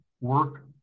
work